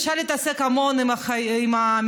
אפשר להתעסק המון עם המלחמות,